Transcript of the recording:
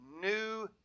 new